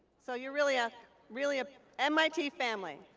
so you're really ah really a mit family.